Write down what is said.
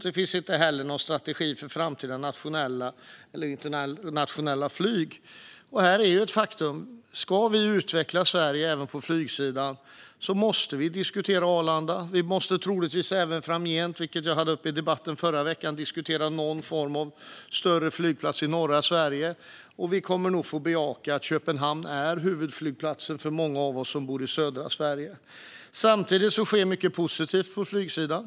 Det finns inte heller någon strategi för framtida nationella och internationella flyg. Faktum är att ska vi utveckla Sverige även på flygsidan måste vi diskutera Arlanda. Vi måste troligtvis även framgent, vilket jag hade uppe i debatten i förra veckan, diskutera någon form av större flygplats i norra Sverige. Och vi kommer nog att få bejaka att Köpenhamn är huvudflygplatsen för många av oss som bor i södra Sverige. Samtidigt sker mycket positivt på flygsidan.